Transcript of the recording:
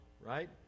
right